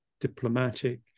diplomatic